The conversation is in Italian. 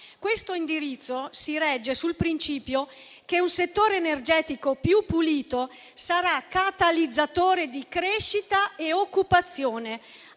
Questo indirizzo si regge sul principio che un settore energetico più pulito sarà catalizzatore di crescita e occupazione